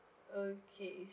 okay